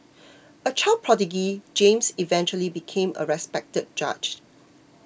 a child prodigy James eventually became a respected judge